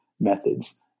methods